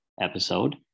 episode